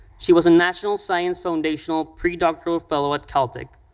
she was a national science foundation um pre-doctoral fellow at cal. tech,